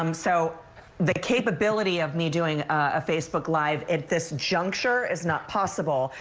um so the capability of me doing a facebook live, at this juncture, it's not possible,